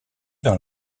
dans